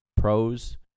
pros